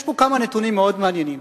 יש פה כמה נתונים מאוד מעניינים.